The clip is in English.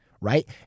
right